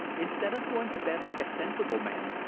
instead of going to bed like a sensible man,